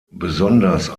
besonders